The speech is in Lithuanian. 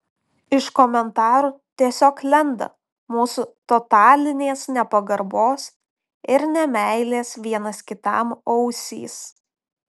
iš komentarų tiesiog lenda mūsų totalinės nepagarbos ir nemeilės vienas kitam ausys